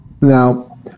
Now